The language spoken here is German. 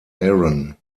aaron